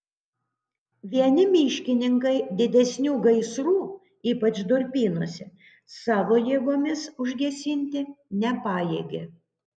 vieni miškininkai didesnių gaisrų ypač durpynuose savo jėgomis užgesinti nepajėgė